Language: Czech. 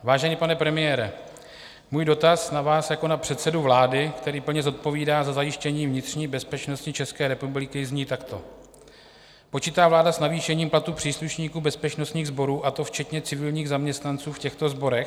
Vážený pane premiére, můj dotaz na vás jako na předsedu vlády, který plně zodpovídá za zajištění vnitřní bezpečnosti České republiky, zní takto: Počítá vláda s navýšením platů příslušníků bezpečnostních sborů, a to včetně civilních zaměstnanců v těchto sborech?